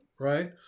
right